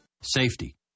Safety